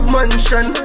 Mansion